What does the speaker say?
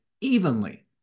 evenly